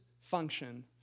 function